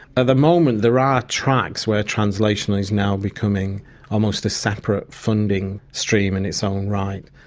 at the moment there are tracks where translational is now becoming almost a separate funding stream in its own right.